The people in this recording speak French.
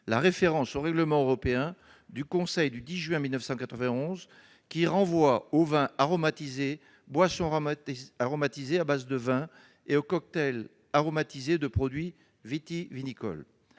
la référence au règlement européen du 10 juin 1991 renvoyant aux « vins aromatisés, boissons aromatisées à base de vin et cocktails aromatisés de produits vitivinicoles